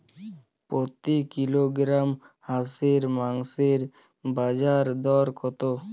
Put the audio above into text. প্রতি কিলোগ্রাম হাঁসের মাংসের বাজার দর কত?